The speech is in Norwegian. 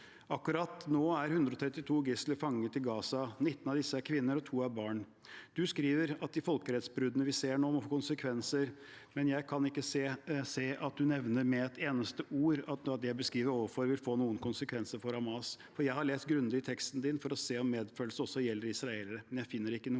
Akkurat nå er 132 gisler fanget i Gaza, 19 av disse er kvinner og 2 er barn. Du skriver at de folkerettsbruddene vi ser nå må få konsekvenser, men jeg kan ikke se at hun nevner med et eneste ord at noe av det jeg beskriver ovenfor vil få noen konsekvenser for Hamas. For jeg har lest grundig i teksten din for å se om medfølelse også gjelder israelere. Men jeg finner det ikke noe